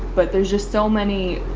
but there's just so many